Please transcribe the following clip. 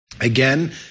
Again